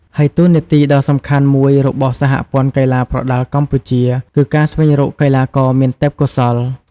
ហើយតួនាទីដ៏សំខាន់មួយរបស់សហព័ន្ធកីឡាប្រដាល់កម្ពុជា គឺការស្វែងរកកីឡាករមានទេពកោសល្យ។